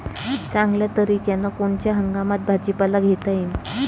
चांगल्या तरीक्यानं कोनच्या हंगामात भाजीपाला घेता येईन?